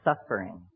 suffering